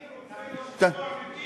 אני רוצה לשמוע מפיך הכרזה על התקציב.